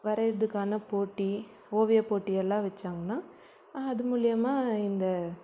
வரைகிறத்துக்கான போட்டி ஓவிய போட்டி எல்லாம் வச்சாங்கன்னா அது மூலிமா இந்த